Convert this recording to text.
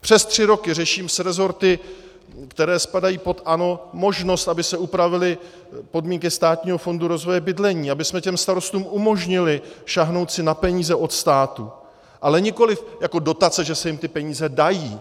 Přes tři roky řeším s resorty, které spadají pod ANO, možnost, aby se upravily podmínky Státního fondu rozvoje bydlení, abychom těm starostům umožnili sáhnout si na peníze od státu, ale nikoli jako dotace, že se jim ty peníze dají.